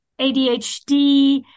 ADHD